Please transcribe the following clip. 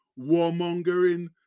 warmongering